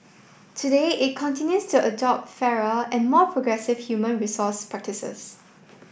today it continues to adopt fairer and more progressive human resource practices